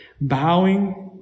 bowing